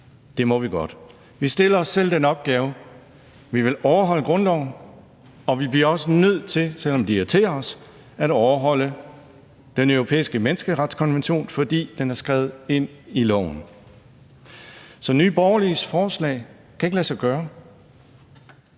Det må vi godt. Vi stiller os selv den opgave, at vi vil overholde grundloven, og vi bliver også, selv om det irriterer os, nødt til at overholde Den Europæiske Menneskerettighedskonvention, fordi den er skrevet ind i loven. Så Nye Borgerliges forslag kan ikke lade sig gøre,